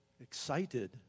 excited